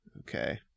Okay